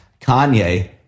Kanye